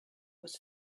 was